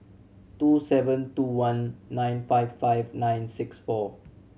two seven two one nine five five nine six four